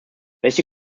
welche